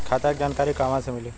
खाता के जानकारी कहवा से मिली?